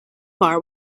bar